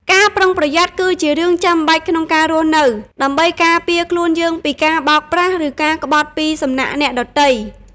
ការប្រុងប្រយ័ត្នគឺជារឿងចាំបាច់ក្នុងការរស់នៅ ដើម្បីការពារខ្លួនយើងពីការបោកប្រាស់ ឬការក្បត់ពីសំណាក់អ្នកដទៃ។